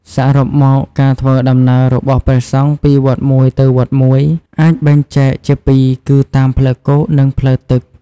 សរុបមក ការធ្វើដំណើររបស់ព្រះសង្ឃពីវត្តមួយទៅវត្តមួយអាចបែងចែកជាពីរគឺតាម ផ្លូវគោក និងផ្លូវទឹក។